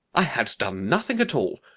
i had done nothing at all.